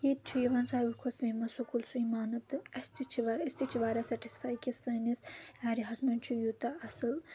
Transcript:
ییٚتہِ چھُ یِوان ساروی کھۄتہٕ فیمَس سکوٗل سُے مانٛنہٕ تہٕ اَسہِ تہِ چھِ أسۍ تہِ چھِ واریاہ سیٹِسفاے کہِ سٲنِس ایریا ہَس منٛز چھُ یوٗتاہ اَصٕل